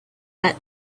that